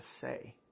say